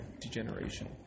degeneration